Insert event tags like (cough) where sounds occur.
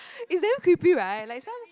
(breath) it's damn creepy right like some